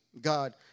God